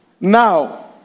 Now